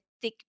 thick